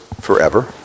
forever